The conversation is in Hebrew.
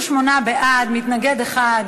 38 בעד, מתנגד אחד.